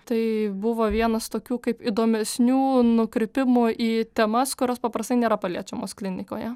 tai buvo vienas tokių kaip įdomesnių nukrypimų į temas kurios paprastai nėra paliečiamos klinikoje